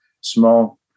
small